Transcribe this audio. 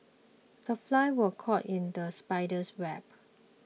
the fly was caught in the spider's web